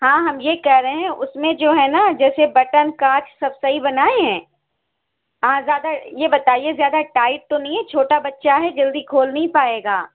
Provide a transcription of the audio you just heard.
ہاں ہم یہ کہہ رہے ہیں اس میں جو ہے نا جیسے بٹن کاج سب صحیح بنائے ہیں ہاں زیادہ یہ بتائیے زیادہ ٹائٹ تو نہیں ہے چھوٹا بچہ ہے جلدی کھول نہیں پائے گا